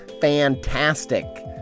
fantastic